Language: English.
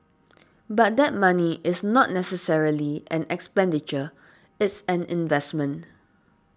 but that money is not necessarily an expenditure it's an investment